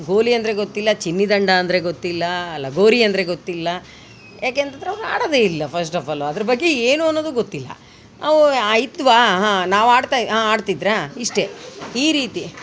ಗೋಲಿ ಅಂದರೆ ಗೊತ್ತಿಲ್ಲ ಚಿನ್ನಿದಾಂಡು ಅಂದರೆ ಗೊತ್ತಿಲ್ಲ ಲಗೋರಿ ಅಂದರೆ ಗೊತ್ತಿಲ್ಲ ಯಾಕೆ ಅಂತಂದ್ರೆ ಅವ್ರು ಆಡೋದೆ ಇಲ್ಲ ಫಸ್ಟ್ ಆಫ್ ಆಲು ಅದ್ರ ಬಗ್ಗೆ ಏನು ಅನ್ನೋದು ಗೊತ್ತಿಲ್ಲ ಅವು ಆಯ್ತ್ವ ಹಾಂ ನಾವು ಆಡ್ತ ಹಾಂ ಆಡ್ತಿದ್ರ ಇಷ್ಟೆ ಈ ರೀತಿ